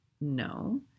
no